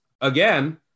Again